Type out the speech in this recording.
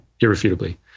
irrefutably